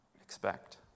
expect